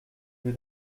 lieu